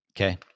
Okay